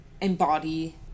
embody